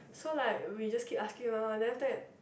so like we just keep asking lor then after that